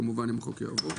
כמובן אם החוק יעבור.